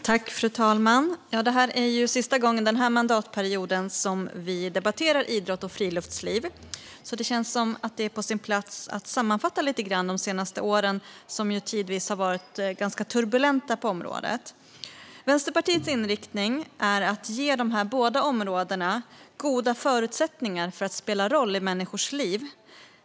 Fru talman! Det är sista gången denna mandatperiod som vi debatterar idrott och friluftsliv, så det känns som att det är på sin plats att lite grann sammanfatta de senaste åren, som tidvis har varit ganska turbulenta på området. Vänsterpartiets inriktning är att ge båda dessa områden goda förutsättningar att spela roll i människors liv.